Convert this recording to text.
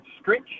stretch